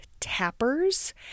tappers